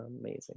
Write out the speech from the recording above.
amazing